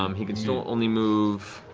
um he can still only move